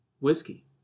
whiskey